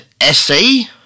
SE